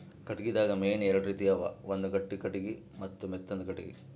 ಕಟ್ಟಿಗಿದಾಗ್ ಮೇನ್ ಎರಡು ರೀತಿ ಅವ ಒಂದ್ ಗಟ್ಟಿ ಕಟ್ಟಿಗಿ ಮತ್ತ್ ಮೆತ್ತಾಂದು ಕಟ್ಟಿಗಿ